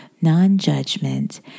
non-judgment